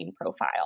profile